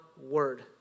word